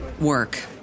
work